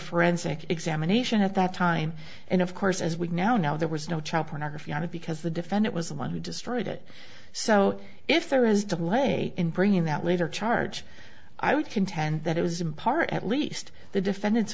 forensic examination at that time and of course as we now know there was no child pornography on it because the defendant was the one who destroyed it so if there is delay in bringing that later charge i would contend that it was in part at least the defendant's